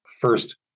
first